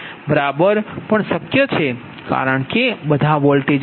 આ પણ શક્ય છે કારણ કે બધા વોલ્ટેજ આપણે 1∠0p